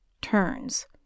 turns